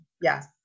Yes